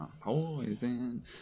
Poison